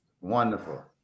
Wonderful